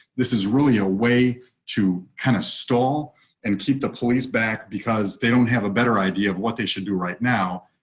this is really a way to kind of stall and keep the police back because they don't have a better idea of what they should do right now.